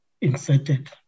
inserted